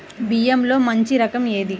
బియ్యంలో మంచి రకం ఏది?